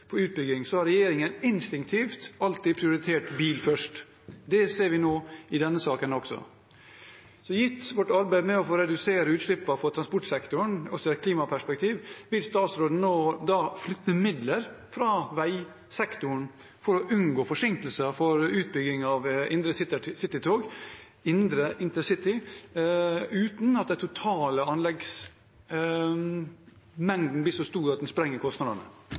på utbygging, har regjeringen instinktivt alltid prioritert bil først. Det ser vi i denne saken også. Gitt vårt arbeid med å få redusert utslippene for transportsektoren også i et klimaperspektiv: Vil statsråden da flytte midler fra veisektoren, for å unngå forsinkelser i utbyggingen av indre InterCity, uten at den totale anleggsmengden blir så stor at den sprenger